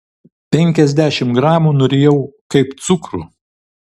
penkiasdešimt gramų nurijau kaip cukrų